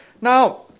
Now